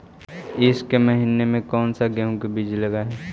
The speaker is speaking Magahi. ईसके महीने मे कोन सा गेहूं के बीज लगे है?